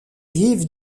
vivent